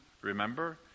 remember